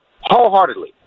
wholeheartedly